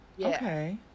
Okay